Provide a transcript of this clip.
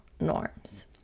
norms